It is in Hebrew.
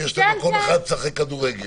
שיש מקום אחד לשחק כדורגל.